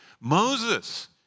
Moses